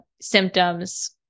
symptoms